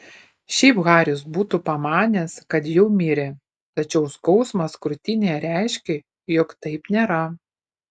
šiaip haris būtų pamanęs kad jau mirė tačiau skausmas krūtinėje reiškė jog taip nėra